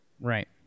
Right